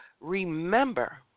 remember